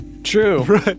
True